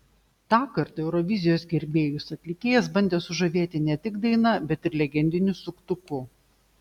tąkart eurovizijos gerbėjus atlikėjas bandė sužavėti ne tik daina bet ir legendiniu suktuku